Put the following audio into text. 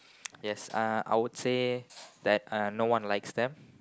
yes uh I would say that uh no ones like them